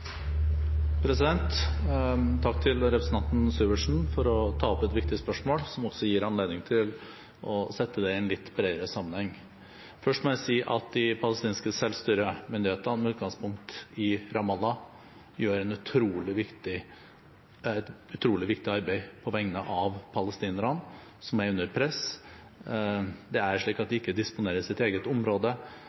Takk til representanten Syversen for å ta opp et viktig spørsmål, som også gir anledning til å sette det inn i en litt bredere sammenheng. Først må jeg si at de palestinske selvstyremyndighetene med utgangspunkt i Ramallah gjør et utrolig viktig arbeid på vegne av palestinerne, som er under press. De disponerer ikke sitt eget område. Vi vet at det er